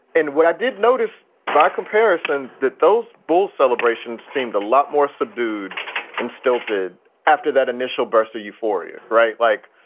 and what i did notice by comparison that those bulls celebration seemed a lot more subdued and stilted after that initial burst of euphoria. right. like,